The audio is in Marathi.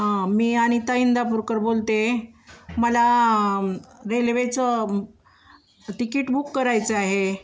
हा मी अनिता इंदापूरकर बोलते मला रेल्वेचं तिकीट बुक करायचं आहे